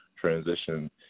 transition